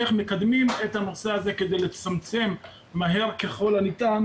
איך מקדמים את הנושא כדי לצמצם מהר ככל הניתן